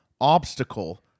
obstacle